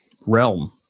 realm